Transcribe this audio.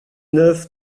neuf